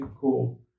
cool